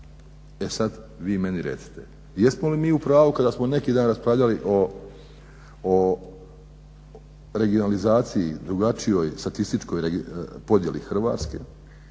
E sad vi meni recite jesmo li mi u pravu kada smo neki dan raspravljali o regionalizaciji, drugačijoj statističkoj podjeli Hrvatske